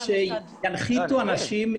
פה יש ויכוח.